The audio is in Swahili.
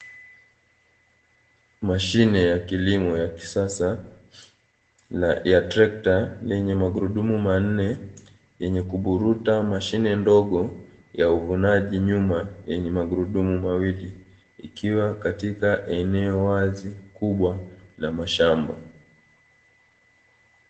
Mashine ya kilimo ya kisasa ya trekta lenye magurudumu ma nne, lenye kuburuta mashine ndogo ya uvunaji nyuma yenye magurudumu mawili, ikiwa katika eneo wazi kubwa la mashamba.